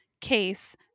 Case